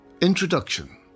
Introduction